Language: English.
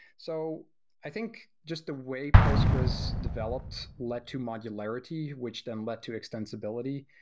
so i think just the way postgres developed led to modularity, which then led to extensibility,